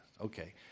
Okay